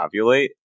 ovulate